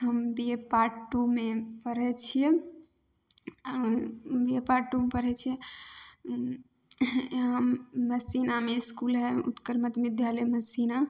हम B A part टूमे पढ़य छियै अऽ बी ए पार्ट मे पढ़य छियै हम मसीनामे इसकुल हइ उत्तकर मध्य विद्यालय मसीना